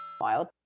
wild